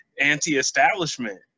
anti-establishment